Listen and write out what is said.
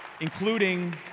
including